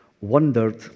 wondered